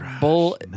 bull